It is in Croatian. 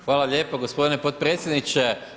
Hvala lijepo, g. potpredsjedniče.